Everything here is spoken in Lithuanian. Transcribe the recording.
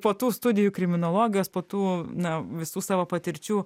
po tų studijų kriminologijos po tų na visų savo patirčių